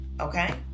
okay